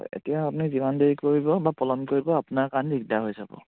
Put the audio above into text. এতিয়া আপুনি যিমান দেৰি কৰিব বা পলন কৰিব আপোনাৰ কাৰণ দিগদাৰ হৈ যাব